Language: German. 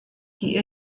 die